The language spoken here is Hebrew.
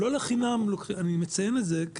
לא לחינם אני מציין את זה.